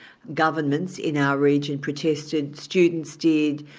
governments in our region protested, students did,